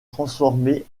transformer